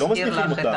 לא מזניחים אותם.